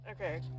Okay